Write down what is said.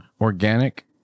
organic